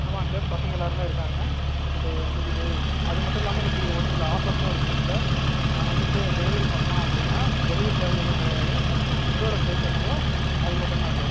ஆமாங்க சார் பசங்க எல்லாருமே இருக்காங்கள் இப்போ இன்னக்கு டே அது மட்டும் இல்லாமல் இன்னக்கு ஒரு சில ஆஃபர்ஸும் இருக்குதுங்க சார் நாங்கள் வந்துகிட்டு டெலிவரி பண்ணிணோம் அப்படின்னா டெலிவரி சார்ஜ் எதுவும் கிடையாது உங்களுக்கு ஃபுட்டோடய ப்ரைஸ் என்னவோ அது மட்டும் தான் சார்